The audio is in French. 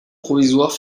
provisoire